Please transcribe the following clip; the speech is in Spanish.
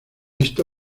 esto